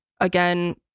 again